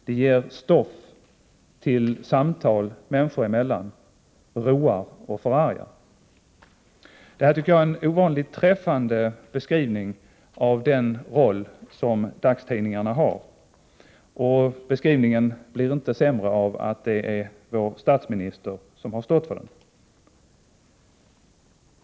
Den ger stoff till samtal människor emellan, roar och förargar.” Detta är en ovanligt träffande beskrivning av den roll som dagstidningarna har. Beskrivningen blir inte sämre av att vår statsminister står för den.